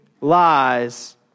lies